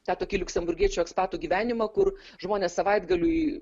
tą tokį liuksemburgiečių ekspatų gyvenimą kur žmonės savaitgaliui